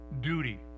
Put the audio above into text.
duty